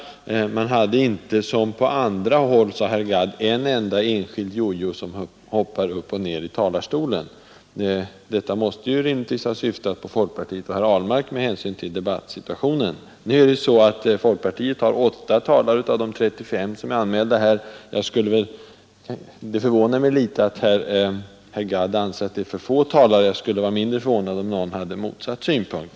Man hade inte som på andra håll, sade herr Gadd, en enda enskild jojo som hoppar upp och ner i talarstolen. Detta måste rimligtvis ha syftat på folkpartiet och herr Ahlmark med hänsyn till debattsituationen. Folkpartiet har 8 talare av de 35 som är anmälda i dag. Det förvånar mig litet att herr Gadd anser att det är för få. Jag skulle vara mindre förvånad om någon hade motsatt synpunkt.